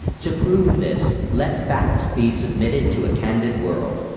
to prove this, let facts be submitted to a candid world.